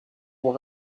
vous